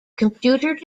computer